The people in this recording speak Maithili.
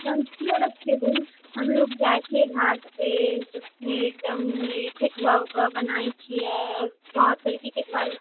साँझकी अर्घ के दिन हमलोग जाइ छियै घाट पे एकदम ठेकुआ उकुआ बनाबै छियै बहुत तरह के फल